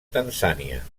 tanzània